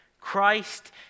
Christ